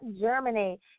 Germany